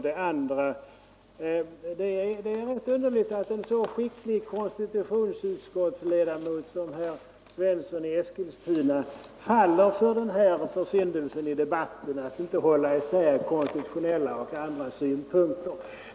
Det är ganska underligt att en skicklig tementen konstitutionsutskottsledamot som herr Svensson i denna debatt gör sig skyldig till försyndelsen att inte hålla isär konstitutionella och andra synpunkter.